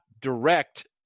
direct